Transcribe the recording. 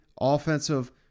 offensive